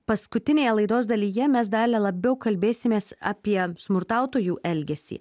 paskutinėje laidos dalyje mes dalia labiau kalbėsimės apie smurtautojų elgesį